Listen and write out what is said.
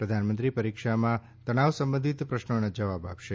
પ્રધાનમંત્રી પરીક્ષામાં તણાવ સંબંધિત પ્રશ્નોના જવાબ આપશે